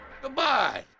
Goodbye